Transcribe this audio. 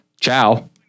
Ciao